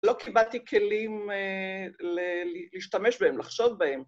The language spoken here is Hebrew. לא קיבלתי כלים להשתמש בהם, לחשוב בהם.